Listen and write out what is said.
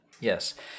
Yes